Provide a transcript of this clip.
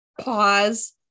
pause